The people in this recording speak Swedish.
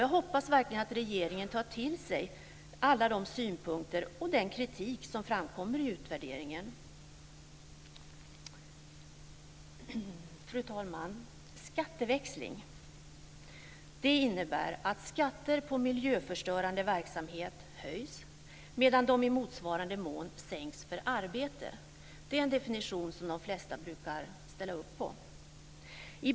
Jag hoppas verkligen att regeringen tar till sig alla de synpunkter och den kritik som framkommer i utvärderingen. Fru talman! Skatteväxling innebär att skatter på miljöförstörande verksamhet höjs medan de i motsvarande mån sänks för arbete. Det är en definition som de flesta brukar ställa upp på.